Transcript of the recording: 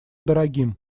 дорогим